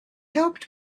helped